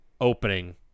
opening